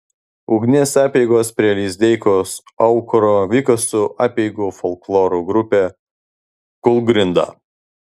ugnies apeigos prie lizdeikos aukuro vyko su apeigų folkloro grupe kūlgrinda